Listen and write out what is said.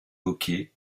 hockey